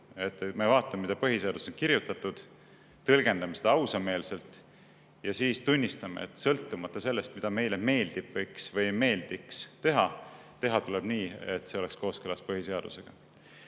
me vaatame, mis põhiseadusesse on kirjutatud, tõlgendame seda ausameelselt ja siis tunnistame, et sõltumata sellest, mida meile meeldiks või ei meeldiks teha, tuleb teha nii, et see oleks kooskõlas põhiseadusega.